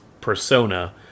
persona